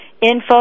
Info